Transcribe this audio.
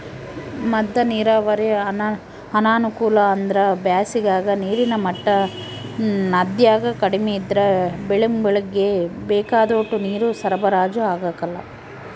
ಮದ್ದ ನೀರಾವರಿ ಅನಾನುಕೂಲ ಅಂದ್ರ ಬ್ಯಾಸಿಗಾಗ ನೀರಿನ ಮಟ್ಟ ನದ್ಯಾಗ ಕಡಿಮೆ ಇದ್ರ ಬೆಳೆಗುಳ್ಗೆ ಬೇಕಾದೋಟು ನೀರು ಸರಬರಾಜು ಆಗಕಲ್ಲ